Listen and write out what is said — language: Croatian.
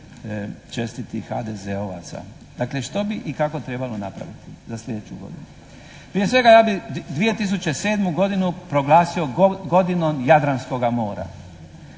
čestitih HDZ-ovaca. Dakle što bi i kako trebalo napraviti za sljedeću godinu. Prije svega ja bih 2007. godinu proglasio godinom Jadranskoga mora.